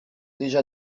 déjà